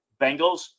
Bengals